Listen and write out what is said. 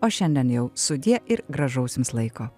o šiandien jau sudie ir gražaus jums laiko